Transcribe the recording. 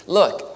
look